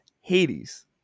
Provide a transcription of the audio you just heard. Hades